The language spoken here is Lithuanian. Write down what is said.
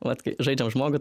vat kai žaidžiam žmogų